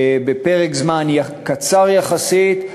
בפרק זמן קצר יחסית,